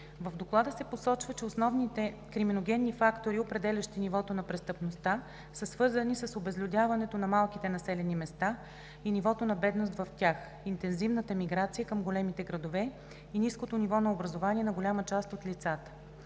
В Доклада се посочва, че основните криминогенни фактори, определящи нивото на престъпността, са свързани с обезлюдяването на малките населени места и нивото на бедност в тях, интензивната миграция към големите градове и ниското ниво на образование на голяма част от лицата.